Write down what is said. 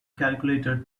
calculator